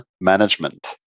management